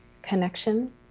connection